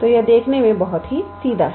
तो यह देखने में बहुत सीधा है